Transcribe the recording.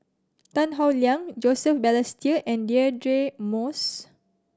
Tan Howe Liang Joseph Balestier and Deirdre Moss